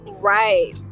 Right